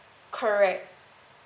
correct